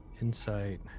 Insight